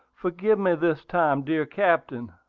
forgive me this time, dear captain!